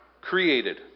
created